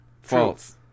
False